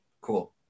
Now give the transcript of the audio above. cool